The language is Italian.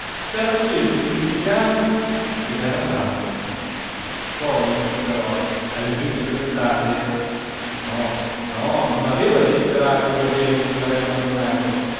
s'era acceso d'entusiasmo ed era andato poi però alle prime schioppettate no no non aveva desiderato di riavere il somarello abbandonato